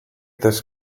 this